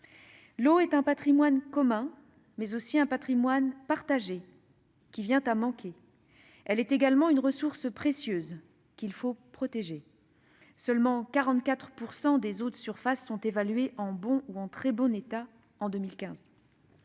L'eau est un patrimoine commun, mais aussi un patrimoine partagé, qui vient à manquer. Elle est également une ressource précieuse qu'il faut protéger. Seulement 44 % des eaux de surface étaient évaluées en bon ou très bon état en 2015.